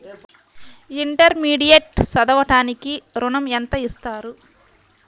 Intermediate చదవడానికి ఋణం ఎంత ఇస్తారు?